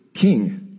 king